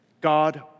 God